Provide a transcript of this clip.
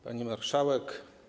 Pani Marszałek!